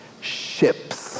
Ships